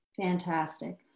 Fantastic